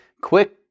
quick